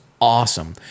awesome